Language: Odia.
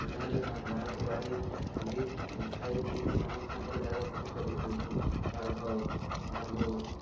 ସମୟ ହେଲେ ସେମାନେ ବାହାରକୁ ବାହାରି ବୁଲି ଖାଇପିଇ କି ସେମାନେ ତାଙ୍କର ଯାଗାକୁ ପୁଣି ଫେରିଯାଆନ୍ତି ବାଘ ଭାଲୁ ଆଉ